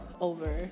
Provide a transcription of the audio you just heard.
over